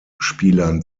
spielern